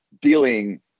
dealing